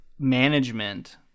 management